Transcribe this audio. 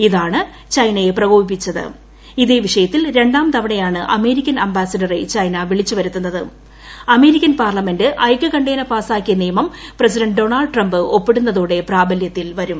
ഇതാണ് ഇതേ വിഷയത്തിൽ രണ്ടാം തവണ്ടുയാണ് അമേരിക്കൻ അംബാസിഡറെ ചൈന വിളിച്ചുവരുത്തുന്നത്ത് ് അമേരിക്കൻ പാർലമെന്റ് ഐകകണ്ഠ്യേന പാസാക്കിയ നിയമം പ്ര്യ്സിഡന്റ് ഡോണൾഡ് ട്രംപ് ഒപ്പിടുന്നതോടെ പ്രാബല്യത്തിൽ വരും